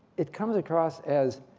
it comes across as